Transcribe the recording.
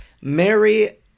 Mary